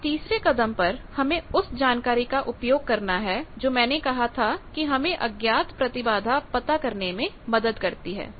अब तीसरे कदम पर हमें उस जानकारी का उपयोग करना है जो मैंने कहा था कि हमें अज्ञात प्रतिबाधा पता करने में मदद करती है